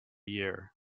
year